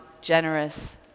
generous